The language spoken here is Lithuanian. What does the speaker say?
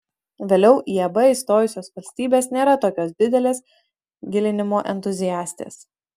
vėliau į eb įstojusios valstybės nėra tokios didelės gilinimo entuziastės